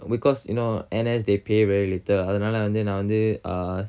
because you know N_S they pay very little அதனால வந்து நா வந்து:athanala vanthu na vanthu uh